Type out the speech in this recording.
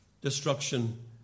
destruction